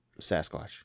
sasquatch